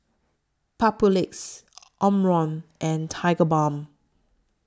Papulex Omron and Tigerbalm